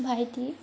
ভাইটি